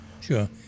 sure